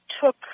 took